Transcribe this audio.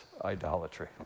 idolatry